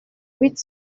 huit